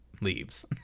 leaves